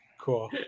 cool